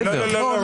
לא, לא.